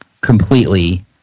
completely